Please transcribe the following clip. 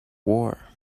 war